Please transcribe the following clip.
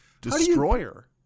destroyer